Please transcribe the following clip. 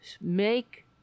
make